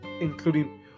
including